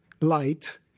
light